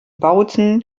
bautzen